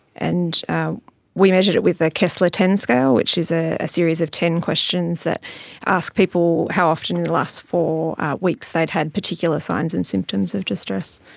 and we measured it with the kessler ten scale which is a series of ten questions that ask people how often in the last four weeks they had had particular signs and symptoms of distress.